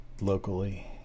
locally